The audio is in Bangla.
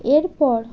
এরপর